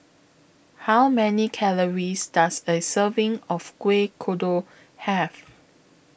How Many Calories Does A Serving of Kuih Kodok Have